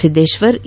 Siddeshwara A